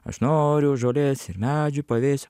aš noriu žolės ir medžių pavėsio